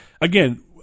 again